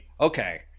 okay